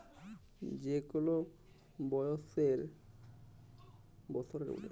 যে কল বসরের জ্যানহে যখল চাষের সময় শেষ হঁয়ে আসে, তখল বড় ক্যরে উৎসব মালাল হ্যয়